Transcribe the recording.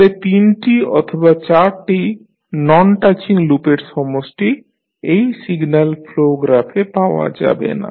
তাহলে তিনটি অথবা চারটি নন টাচিং লুপের সমষ্টি এই সিগন্যাল ফ্লো গ্রাফে পাওয়া যাবে না